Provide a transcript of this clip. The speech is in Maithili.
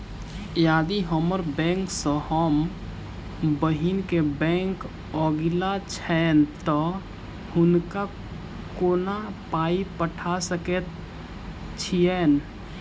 यदि हम्मर बैंक सँ हम बहिन केँ बैंक अगिला छैन तऽ हुनका कोना पाई पठा सकैत छीयैन?